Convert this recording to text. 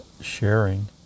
sharing